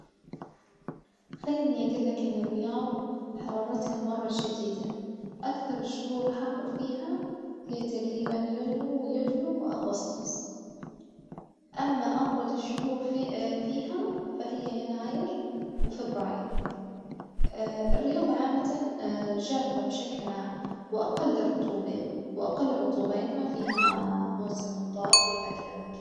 خلني أجولك إن الرياض حرارتها مرة شديدة أكثر الشهور حر فيها هي تجريبًا يونيو ويوليو وأغسطس، أما أبرد الشهور ف- فيها فهي يناير وفبراير، الرياض عمتًا جافة بشكل عام وأقل رطوبة وأقل رطوبة يعني ما فيها مواسم أمطار زي باجي الأماكن.